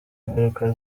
ngaruka